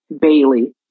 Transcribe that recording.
Bailey